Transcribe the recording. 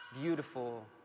beautiful